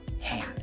hand